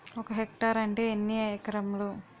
ఒక హెక్టార్ అంటే ఎన్ని ఏకరములు?